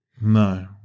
No